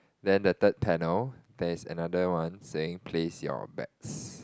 then the third panel there's another one saying place your bets